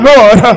Lord